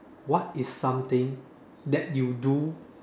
what is something that you do